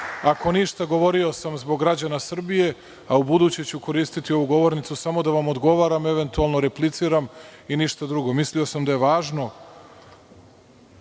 Ako ništa, govorio sam zbog građana Srbije, a ubuduće koristiću ovu govornicu samo da vam odgovaram, eventualno repliciram i ništa drugo. Mislio sam da je važno